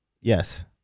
Yes